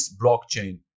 blockchain